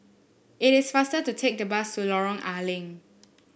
it is faster to take the bus to Lorong A Leng